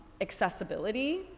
accessibility